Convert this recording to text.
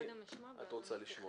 אני קודם אשמע ואחר כך אתייחס.